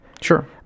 Sure